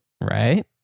Right